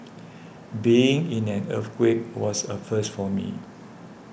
being in an earthquake was a first for me